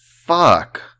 fuck